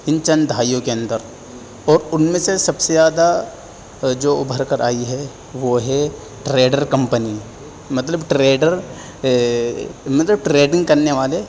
ان چند دہائیوں کے اندر اور ان میں سے سب سے زیادہ جو ابھر کر آئی ہے وہ ہے ٹریڈر کمپںی مطلب ٹریڈر مطلب ٹریڈنگ کرنے والے